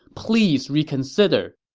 please reconsider!